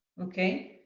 okay.